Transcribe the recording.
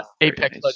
Apex